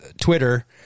Twitter